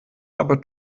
aber